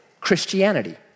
Christianity